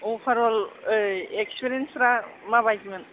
overall एख्सफिरिन्सफ्रा माबायदिमोन